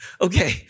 okay